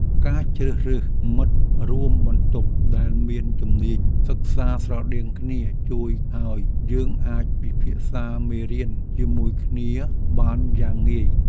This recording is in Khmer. ការជ្រើសរើសមិត្តរួមបន្ទប់ដែលមានជំនាញសិក្សាស្រដៀងគ្នាជួយឱ្យយើងអាចពិភាក្សាមេរៀនជាមួយគ្នាបានយ៉ាងងាយ។